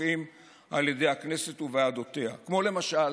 ומפוקחים על ידי הכנסת וועדותיה, למשל,